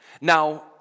Now